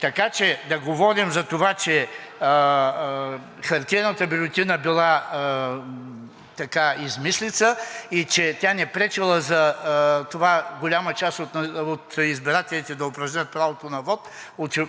Така че да говорим за това, че хартиената бюлетина била измислица и не пречела за това голяма част от избирателите да упражнят правото на вот,